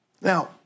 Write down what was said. Now